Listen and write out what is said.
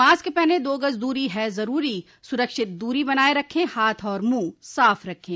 mask पहनें दो गज़ दूरी है ज़रूरी सुरक्षित दूरी बनाए रखें हाथ और मुंह साफ रखें